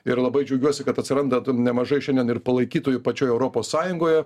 ir labai džiaugiuosi kad atsiranda nemažai šiandien ir palaikytojų pačioj europos sąjungoje